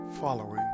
following